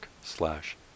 slash